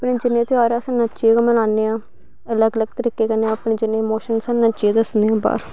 अपने जिन्ने ध्यार अस नच्चियै गै मनान्ने आं लग लग तरीके कन्नै अपने जिन्ने इमोशन्स ओह् नच्चियै दसने आं बाह्र